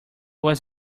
was